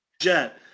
Jet